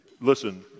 Listen